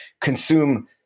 consume